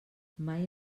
mai